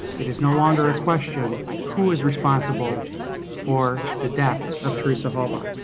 it is no longer a question who is responsible for the death of teresa halbach.